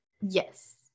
Yes